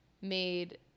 made